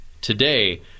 Today